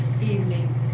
evening